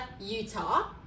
Utah